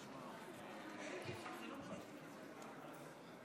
אני מבקש שקט.